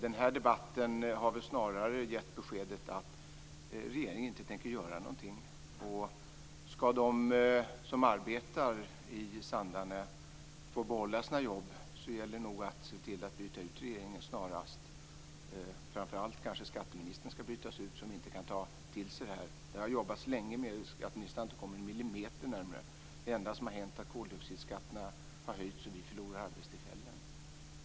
Den här debatten har väl snarast gett beskedet att regeringen inte tänker göra någonting. Skall de som arbetar i Sandarne få behålla sina jobb gäller det nog att se till att byta ut regeringen snarast. Framför allt kanske skatteministern skall bytas ut, som inte kan ta till sig det här. Det har jobbats länge med det, och skatteministern har inte kommit en millimeter närmare en lösning. Det enda som har hänt är att koldioxidskatterna har höjts och att vi förlorar arbetstillfällen.